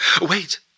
Wait